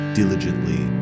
diligently